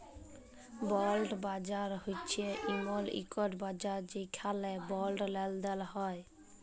বল্ড বাজার হছে এমল ইকট বাজার যেখালে বল্ড লেলদেল হ্যয়